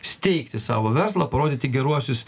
steigti savo verslą parodyti geruosius